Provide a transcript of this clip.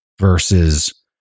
versus